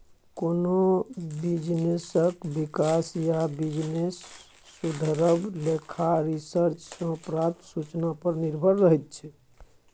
कोनो बिजनेसक बिकास या बिजनेस सुधरब लेखा रिसर्च सँ प्राप्त सुचना पर निर्भर रहैत छै